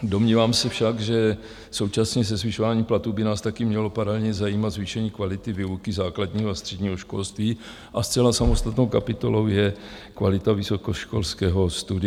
Domnívám se však, že současně se zvyšováním platů by nás taky mělo paralelně zajímat zvýšení kvality výuky základního a středního školství a zcela samostatnou kapitolou je kvalita vysokoškolského studia.